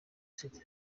sida